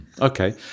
okay